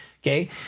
Okay